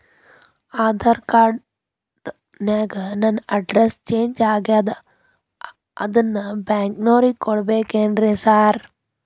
Aadhaar card ನ್ಯಾಗ ನನ್ address change ಆಗ್ಯಾದ ಅದನ್ನ ಬ್ಯಾಂಕಿನೊರಿಗೆ ಕೊಡ್ಬೇಕೇನ್ರಿ ಸಾರ್?